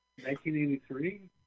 1983